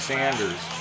Sanders